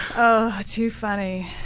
um too funny.